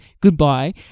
goodbye